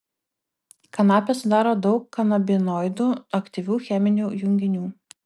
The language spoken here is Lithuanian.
kanapę sudaro daug kanabinoidų aktyvių cheminių junginių